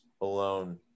alone